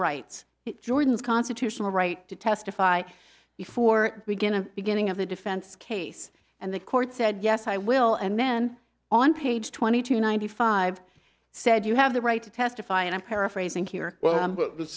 rights jordan's constitutional right to testify before we get a beginning of the defense case and the court said yes i will and men on page twenty two ninety five said you have the right to testify and i'm paraphrasing here